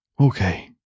Okay